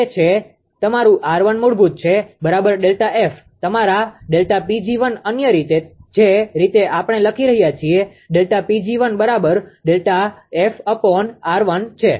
તે છે કે તમારું 𝑅1 મૂળભૂત છે બરાબર Δ𝐹 તમારા Δ 𝑃𝑔1 અન્ય રીતે જે રીતે આપણે લખી રહ્યા છીએ Δ 𝑃𝑔1 બરાબર Δ𝐹𝑅1 છે